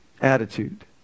Attitude